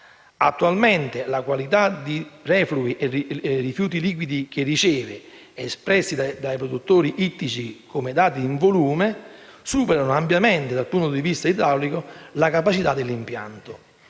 Attualmente, le quantità di reflui e rifiuti liquidi che riceve, espressi dai produttori ittici come dati di volume, superano ampiamente, dal punto di vista idraulico, le capacità dell'impianto.